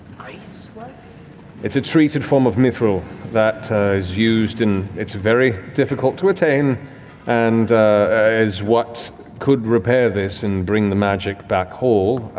iceflex? matt it's a treated form of mithral that is used and it's very difficult to attain and is what could repair this and bring the magic back whole.